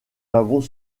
avons